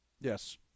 Yes